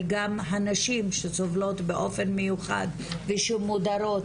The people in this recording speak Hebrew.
גם של הנשים שסובלות באופן מיוחד ומודרות